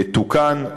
תוקן,